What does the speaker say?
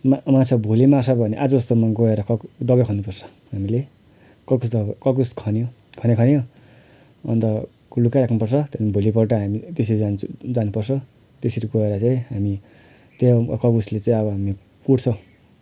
मा माछा भोलि मार्छ भने आज जस्तोमा गोएर कपु दबाई खन्नुपर्छ हामीले कड्कुस त अब कड्कुस खन्यो खन्यो खन्यो अन्त लुकाई राख्नुपर्छ त्यहाँदेखि भोलिपल्ट हामी त्यसरी जान्छौँ जानुपर्छ त्यसरी गएर चाहिँ हामी त्यो कड्कुसलाई चाहिँ अब हामीले पुर्छौँ